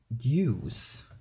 use